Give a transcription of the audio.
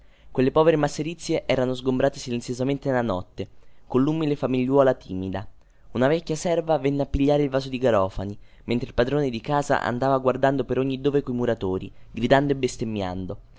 quelle povere masserizie erano sgomberate silenziosamente nella notte colla triste famigliuola timida una vecchia serva venne a pigliare il vaso di garofani mentre il padron di casa andava guardando per ogni dove coi muratori gridando e bestemmiando